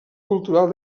cultural